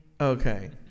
Okay